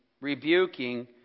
rebuking